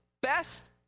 best